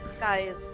guys